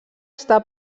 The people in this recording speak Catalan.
està